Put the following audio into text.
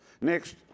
Next